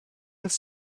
with